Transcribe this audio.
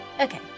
Okay